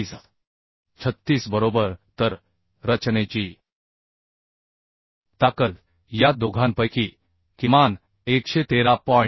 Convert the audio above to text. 36 बरोबर तर रचनेची ताकद या दोघांपैकी किमान 113